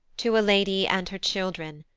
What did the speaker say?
to a lady and her children,